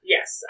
Yes